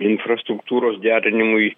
infrastruktūros gerinimui